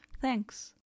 Thanks